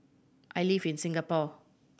I live in Singapore